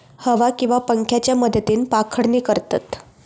हवा किंवा पंख्याच्या मदतीन पाखडणी करतत